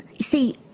see